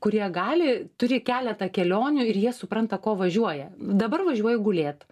kurie gali turi keletą kelionių ir jie supranta ko važiuoja dabar važiuoju gulėt